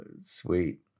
Sweet